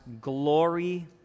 glory